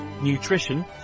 nutrition